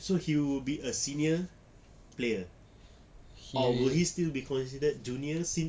so he will be a senior player or will he still be considered junior since